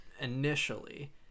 initially